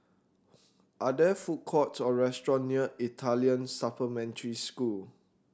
are there food courts or restaurants near Italian Supplementary School